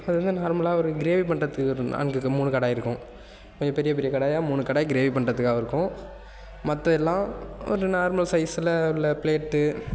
அது வந்து நார்மலாக ஒரு கிரேவி பண்ணுறதுக்கு ஒரு நான்கு மூணு கடாய் இருக்கும் கொஞ்சம் பெரிய பெரிய கடாயாக மூணு கடாய் கிரேவி பண்ணுறதுக்காவ இருக்கும் மற்ற எல்லாம் ஒரு நார்மல் சைஸில் உள்ள ப்ளேட்டு